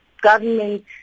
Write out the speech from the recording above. government